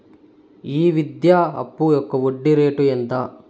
ఈ విద్యా అప్పు యొక్క వడ్డీ రేటు ఎంత?